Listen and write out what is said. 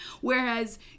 whereas